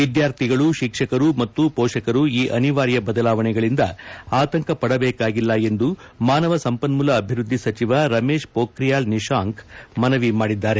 ವಿದ್ಯಾರ್ಥಿಗಳು ಶಿಕ್ಷಕರು ಮತ್ತು ಪೋಷಕರು ಈ ಅನಿವಾರ್ಯ ಬದಲಾವಣೆಗಳಿಂದ ಆತಂಕ ಪಡಬೇಕಾಗಿಲ್ಲ ಎಂದು ಮಾನವ ಸಂಪನ್ಮೂಲ ಅಭಿವ್ವದ್ದಿ ಸಚಿವ ರಮೇಶ್ ಪೋಖ್ರಿಯಾಲ್ ನಿಶಾಂಕ್ ಮನವಿ ಮಾಡಿದ್ದಾರೆ